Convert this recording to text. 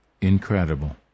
Incredible